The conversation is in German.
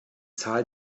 zahl